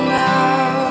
now